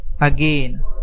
Again